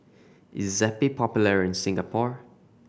is Zappy popular in Singapore